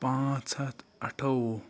پانٛژھ ہَتھ اَٹھووُہ